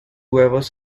huevos